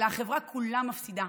אלא החברה כולה מפסידה.